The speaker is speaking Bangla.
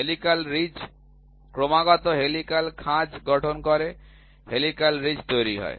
হেলিকাল রিজ ক্রমাগত হেলিকাল খাঁজ গঠন করে হেলিকাল রিজ তৈরি হয়